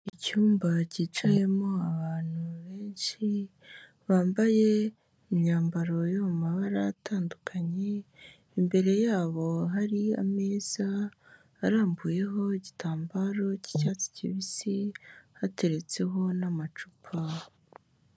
Icyumba cyicayemo abantu benshi bambaye imyambaro yo mu mabara atandukanye, imbere yabo hari ameza arambuyeho igitambaro cy'icyatsi kibisi hateretseho n'amacupa.